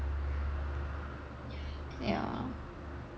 yeah